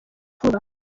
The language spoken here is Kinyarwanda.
vuba